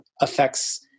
affects